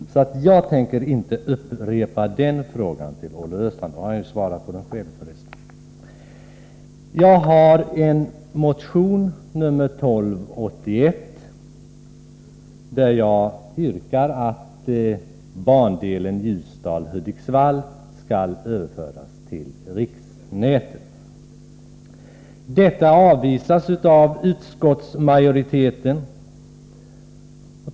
Jag tänker därför inte upprepa den frågan till Olle Östrand — han har ju för resten redan svarat på den. Jag har i motion 1281 yrkat att bandelen Ljusdal-Hudiksvall skall överföras till riksnätet. Detta yrkande avvisas av utskottsmajoriteten.